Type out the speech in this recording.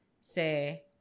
say